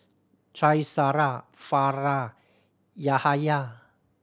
Qaisara Farah Yahaya